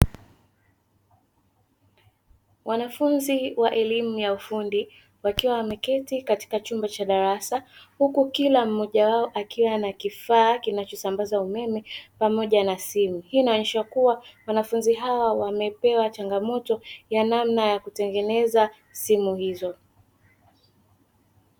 Wanafunzi wa elimu ya ufundi wakiwa wameketi katika chumba cha darasa, huku kila mmoja wao akiwa na kifaa kinachosambaza umeme pamoja na simu. Hii inaonyesha kuwa wanafunzi hawa wamepewa changamoto ya namna ya kutengeneza simu hizo.